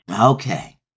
Okay